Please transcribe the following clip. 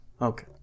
Okay